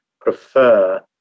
prefer